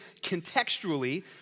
contextually